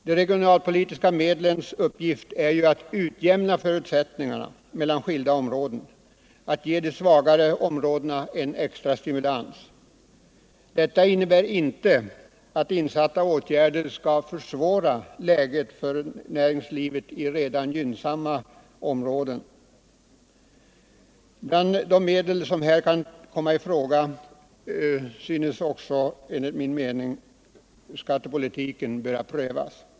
De regionalpolitiska medlens uppgift är att utjämna förutsättningarna mellan skilda områden och att ge de svagare områdena en extra stimulans, men detta innebär inte att insatta åtgärder skall försvåra läget för näringslivet i områden där förhållandena redan är gynnsamma. Bland de medel som kan komma i fråga synes oss också skattepolitiken böra prövas.